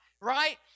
right